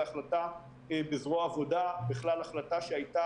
זה החלטה בזרוע עבודה בכלל החלטה שהיתה